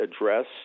address